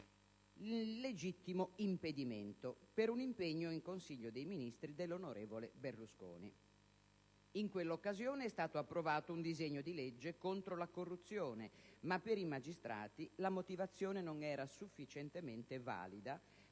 il legittimo impedimento per un impegno in Consiglio dei ministri dell'onorevole Berlusconi. In quell'occasione è stato approvato un disegno di legge contro la corruzione, ma per i magistrati la motivazione non era sufficientemente valida